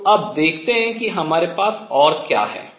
तो अब देखते हैं कि हमारे पास और क्या है